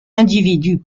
individus